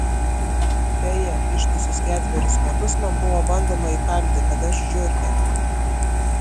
beje ištisus ketverius metus man buvo bandoma įkalti kad aš žiurkė